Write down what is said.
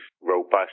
robust